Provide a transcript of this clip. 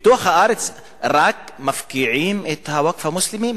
פיתוח הארץ, רק מפקיעים את הווקף המוסלמי?